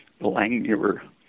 Langmuir